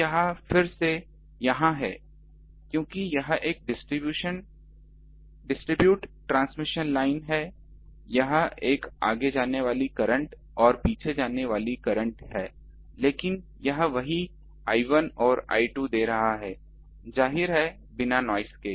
तो यह फिर से यहाँ है क्योंकि यह एक डिस्ट्रीब्यूट ट्रांसमिशन लाइन है यहाँ एक आगे जाने वाली करंट और पीछे की ओर जाने वाली करंट है लेकिन यह वही I1 और I2 दे रहा है जाहिर है बिना नाइस के